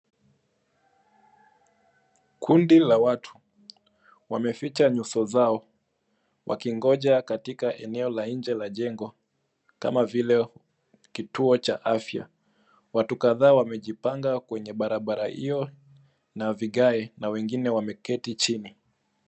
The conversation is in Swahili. Kundi la watu wameficha nyuso zao wakingoja katika eneo la nje ya jengo kama vile kituo cha afya. Watu kadhaa wamejipanga kwenye barabara hiyo na vigae na wengine wameketi chini.